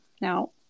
Now